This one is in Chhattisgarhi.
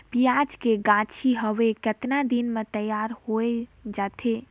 पियाज के गाछी हवे कतना दिन म तैयार हों जा थे?